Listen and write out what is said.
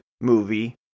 movie